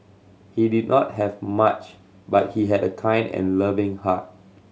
he did not have much but he had a kind and loving heart